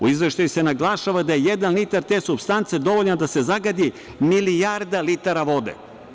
U izveštaju se naglašava da je jedan litar te supstance dovoljan da se zagadi milijarda litara vode.